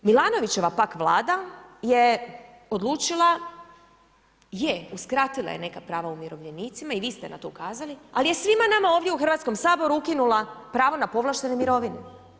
Milanovićeva pak vlada je odlučila, je uskratila je neka prava umirovljenicima i vi ste na to ukazali, ali je svima nama ovdje u Hrvatskom saboru ukinula pravo na povlaštene mirovine.